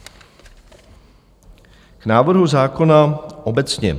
K návrhu zákona obecně.